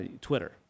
Twitter